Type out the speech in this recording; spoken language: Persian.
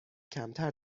کمتر